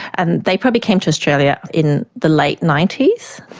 and they probably came to australia in the late ninety s.